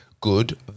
good